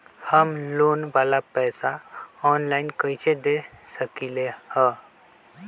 हम लोन वाला पैसा ऑनलाइन कईसे दे सकेलि ह?